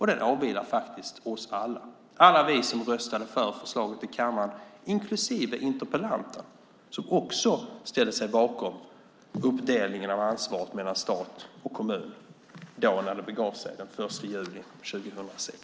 Det åvilar faktiskt oss alla, alla vi som röstade för förslaget i kammaren, inklusive interpellanten, som också ställde sig bakom uppdelningen av ansvaret mellan stat och kommun när det begav sig, den 1 juli 2006.